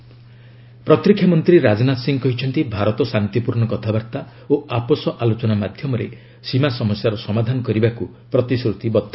Rajnath statement ପ୍ରତିରକ୍ଷା ମନ୍ତ୍ରୀ ରାଜନାଥ ସିଂହ କହିଛନ୍ତି ଭାରତ ଶାନ୍ତିପୂର୍ଣ୍ଣ କଥାବାର୍ତ୍ତା ଓ ଆପୋଷ ଆଲୋଚନା ମାଧ୍ୟମରେ ସୀମା ସମସ୍ୟାର ସମାଧାନ କରିବାକୁ ପ୍ରତିଶ୍ରତିବଦ୍ଧ